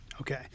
Okay